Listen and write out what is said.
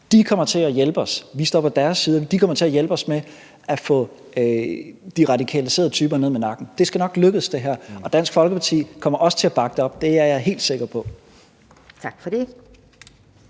De kommer til at hjælpe os, vi står på deres side, og de kommer til at hjælpe os med at få de radikaliserede typer ned med nakken. Det her skal nok lykkes. Og Dansk Folkeparti kommer også til at bakke det op. Det er jeg helt sikker på. Kl.